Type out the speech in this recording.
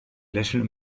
lächeln